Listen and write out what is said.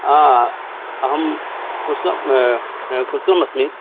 अह् अहं कुशलम् कुशलम् अस्मि